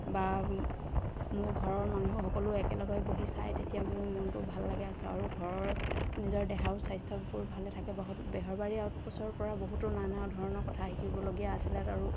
বা মোৰ ঘৰৰ মানুহে সকলো একেলগে বহি চাই তেতিয়া মোৰ মনটো ভাল লাগে আছে আৰু ঘৰৰ নিজৰ দেহাও স্বাস্থ্যবোৰ বহুত ভালে থাকে বহ বেহাৰবাৰী আউটপোষ্টৰ পৰা বহুতো নানা ধৰণৰ কথা শিকিবলগীয়া আছিলে আৰু